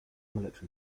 military